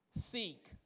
seek